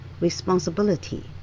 responsibility